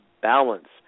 balance